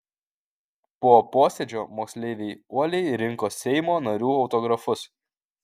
po posėdžio moksleiviai uoliai rinko seimo narių autografus